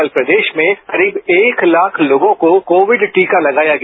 कल प्रदेश में करीब एक लाख लोगों को कोविड टीका लगाया गया